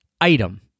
item